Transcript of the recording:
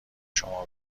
شما